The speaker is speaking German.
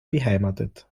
beheimatet